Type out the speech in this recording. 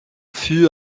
fut